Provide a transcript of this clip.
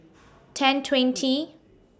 ten twenty